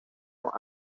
los